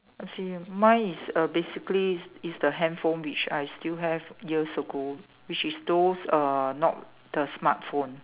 I see mine is uh basically is is the handphone which I still have years ago which is those uh not the smartphone